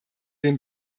den